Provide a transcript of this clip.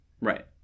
Right